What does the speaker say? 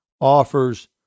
offers